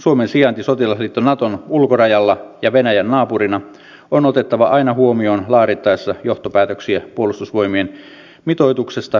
suomen sijainti sotilasliitto naton ulkorajalla ja venäjän naapurina on otettava aina huomioon laadittaessa johtopäätöksiä puolustusvoimien mitoituksesta ja kehittämisestä